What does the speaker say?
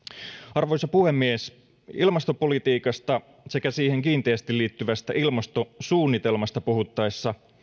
arvoisa puhemies ilmastopolitiikasta sekä siihen kiinteästi liittyvästä ilmastosuunnitelmasta puhuttaessa